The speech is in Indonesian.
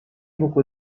buku